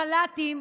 חל"תים,